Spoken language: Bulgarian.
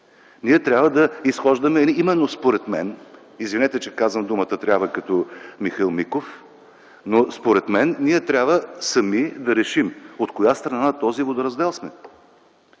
ние трябва да изхождаме именно според мен – извинете, че казвам думата „именно” като Михаил Миков - но според мен ние трябва сами да решим от коя страна на този водораздел сме: